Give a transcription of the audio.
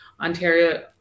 Ontario